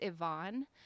ivan